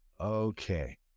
Okay